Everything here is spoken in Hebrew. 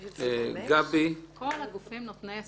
כל הגופים נותני הזכות.